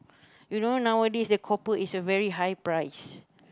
you know nowadays the copper is a very high price